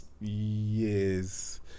yes